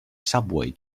subway